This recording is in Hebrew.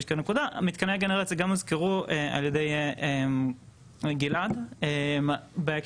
מתקני הגנרציה גם הוזכרו על ידי גלעד בהקשר